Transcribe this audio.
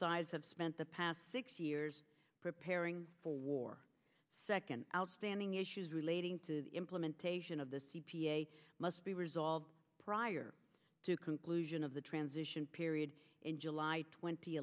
sides have spent the past six years preparing for war second outstanding issues relating to the implementation of the c p a must be resolved prior to the conclusion of the transition period in july twent